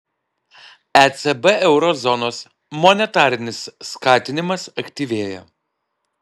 ecb euro zonos monetarinis skatinimas aktyvėja